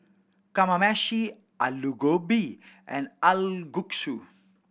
Kamameshi Alu Gobi and Kalguksu